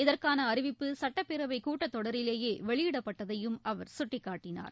இதற்கான அறிவிப்பு சுட்டப்பேரவை கூட்டத் தொடரிலேயே வெளியிடப்பட்டதையும் அவர் சுட்டிக்காட்டினார்